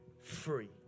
free